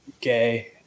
gay